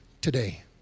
today